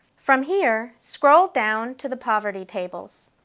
from here, scroll down to the poverty tables.